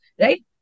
right